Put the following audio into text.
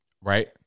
Right